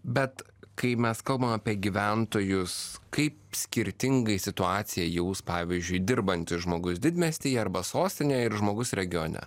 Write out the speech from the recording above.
bet kai mes kalbam apie gyventojus kaip skirtingai situaciją jūs pavyzdžiui dirbantis žmogus didmiestyje arba sostinėje ir žmogus regione